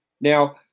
Now